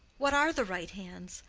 what are the right hands?